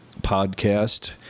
podcast